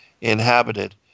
Inhabited